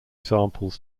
samples